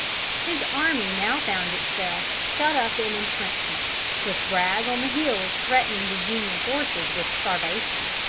his army now found itself shut up in intrenchments, with bragg on the hills threatening the union forces with starvation.